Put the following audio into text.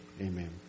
Amen